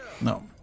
No